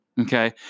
Okay